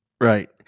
Right